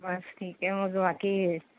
बस ठीक आहे मग बाकी